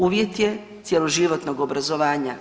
Uvjet je cjeloživotnog obrazovanja.